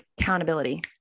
accountability